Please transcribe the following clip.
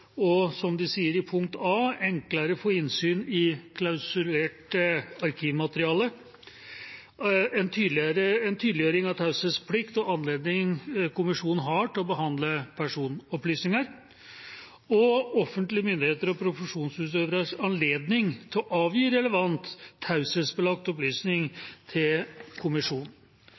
for, som de sier, «enklere innsyn i klausulert arkivmateriale, en tydeliggjøring av taushetsplikt og anledningen kommisjonen har til å behandle personopplysninger, og offentlige myndigheter og profesjonsutøveres anledning til å avgi relevante taushetsbelagte opplysninger til kommisjonen.»